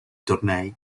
tornei